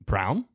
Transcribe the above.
Brown